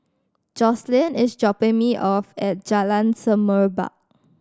Jocelyn is dropping me off at Jalan Semerbak